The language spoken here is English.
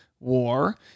war